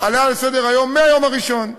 עלה לסדר-היום מהיום הראשון,